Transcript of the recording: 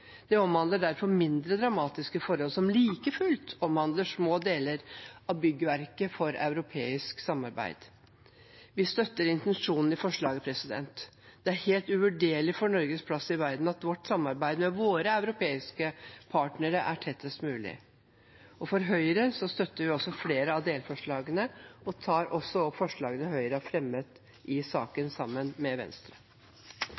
Det omhandler derfor mindre dramatiske forhold som like fullt omhandler små deler av byggverket for europeisk samarbeid. Vi støtter intensjonen i forslaget. Det er helt uvurderlig for Norges plass i verden at vårt samarbeid med våre europeiske partnere er tettest mulig. Høyre støtter også flere av delforslagene og tar opp forslagene vi har fremmet sammen med Venstre i